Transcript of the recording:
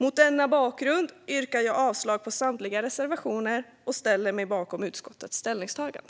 Mot denna bakgrund yrkar jag avslag på samtliga reservationer och ställer mig bakom utskottets ställningstagande.